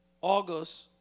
August